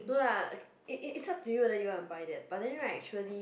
no lah it's it's up to you want to buy that but then like actually